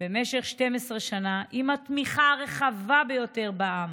במשך 12 שנה עם התמיכה הרחבה ביותר בעם.